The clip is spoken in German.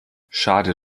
schade